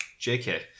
JK